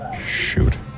Shoot